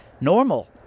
normal